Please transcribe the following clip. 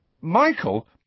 Michael